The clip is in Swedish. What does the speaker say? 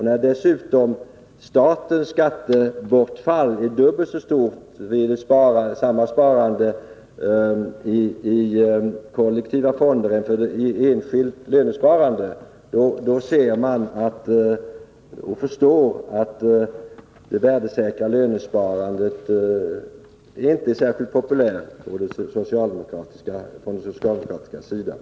När dessutom statens skattebortfall är dubbelt så stort vid samma sparande i kollektiva fonder som i enskilt lönesparande förstår man att det värdesäkra lönesparandet inte är särskilt populärt på den socialdemokratiska sidan.